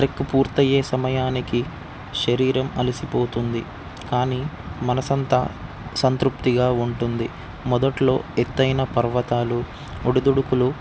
trek పూర్తయ్యే సమయానికి శరీరం అలసిపోతుంది కానీ మనసంతా సంతృప్తిగా ఉంటుంది మొదట్లో ఎత్తైన పర్వతాలు ఉడుదుడుకులు